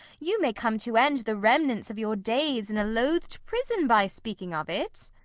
you may come to end the remnants of your days in a loth'd prison, by speaking of it.